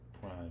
prime